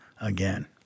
again